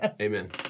amen